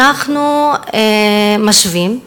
אנחנו משווים,